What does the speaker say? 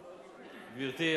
גברתי,